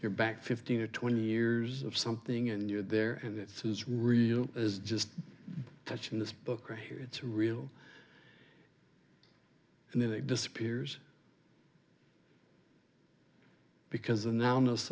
you're back fifteen or twenty years of something and you're there and it's as real as just touching this book right here it's real and then it disappears because